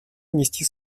внести